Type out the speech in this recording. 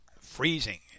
Freezing